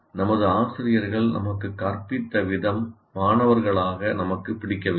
நமது ஆசிரியர்கள் நமக்குக் கற்பித்த விதம் மாணவர்களாக நமக்குப் பிடிக்கவில்லை